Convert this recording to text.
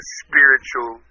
spiritual